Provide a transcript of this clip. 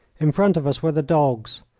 in front of us were the dogs,